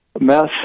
mess